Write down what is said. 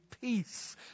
peace